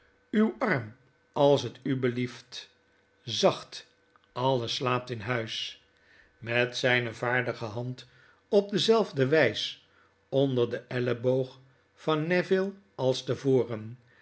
uw arm als t u blieft zacht alles slaapt in huis met zyne vaardige hand op dezelfde wys onder den elleboog van neville als te